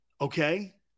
okay